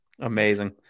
Amazing